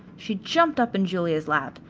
she jumped up in julia's lap,